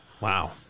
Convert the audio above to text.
Wow